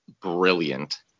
brilliant